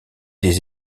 des